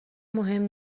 مهم